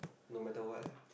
no matter what